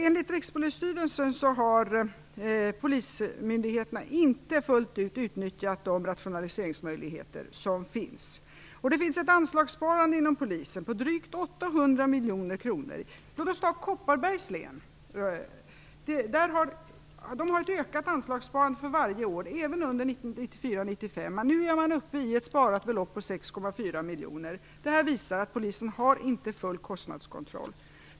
Enligt Rikspolisstyrelsen har polismyndigheterna inte fullt ut utnyttjat de rationaliseringsmöjligheter som finns. Det finns ett anslagssparande inom Polisen på drygt 800 miljoner kronor. Låt oss ta exemplet Kopparbergs län, där man haft ett ökat anslagssparande för varje år, även under 1994-1995. Nu är man uppe i ett sparat belopp på 6,4 miljoner. Det visar att Polisen inte har full kostnadskontroll.